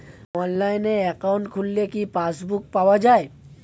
অনলাইনে একাউন্ট খুললে কি পাসবুক পাওয়া যায়?